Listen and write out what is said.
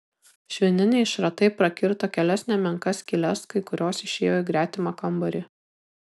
švininiai šratai prakirto kelias nemenkas skyles kai kurios išėjo į gretimą kambarį